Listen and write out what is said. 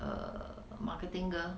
err marketing girl